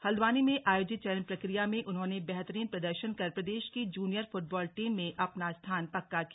हल्द्वानी में आयोजित चयन प्रक्रिया में उन्होंने बेहतरीन प्रदर्शन कर प्रदेश की जूनियर फुटबाल टीम में अपना स्थान पक्का किया